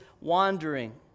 wandering